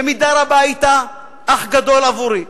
במידה רבה היית אח גדול עבורי,